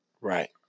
Right